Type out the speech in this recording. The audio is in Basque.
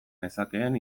nezakeen